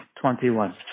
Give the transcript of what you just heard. twenty-one